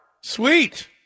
sweet